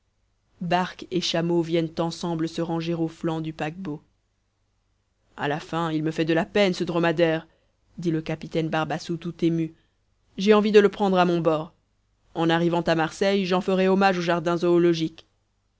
barque et chameau viennent ensemble se ranger aux flancs du paquebot a la fin il me fait peine ce dromadaire dit le capitaine barbassou tout ému j'ai envie de le prendre à mon bord en arrivant à marseille j'en ferai hommage an jardin zoologique